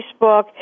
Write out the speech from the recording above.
Facebook